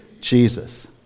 Jesus